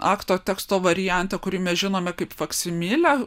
akto teksto variante kurį mes žinome kaip faksimilę